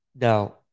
now